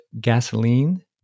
gasoline